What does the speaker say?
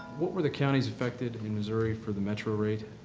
what were the counties affected in missouri for the metro rate?